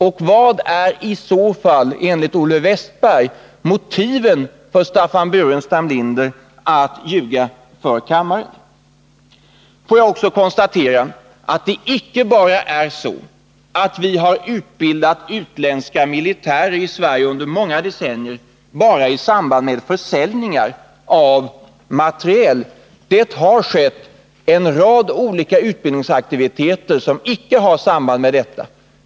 Vilka är motiven i så fall för Staffan Burenstam Linder att ljuga för kammaren? Får jag också konstatera att det icke bara är så att vi under många decennier har utbildat utländska militärer i Sverige i samband med försäljning av materiel. Det har också förekommit en rad olika utbildningsaktiviteter som icke har samband med försäljning.